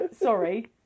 Sorry